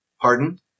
Pardon